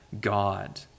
God